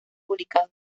publicado